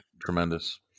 Tremendous